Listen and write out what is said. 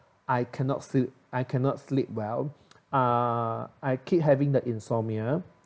I cannot sleep I cannot sleep well uh I keep having the insomnia